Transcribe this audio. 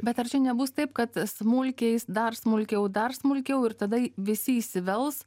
bet ar nebus taip kad smulkiais dar smulkiau dar smulkiau ir tada visi įsivels